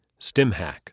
StimHack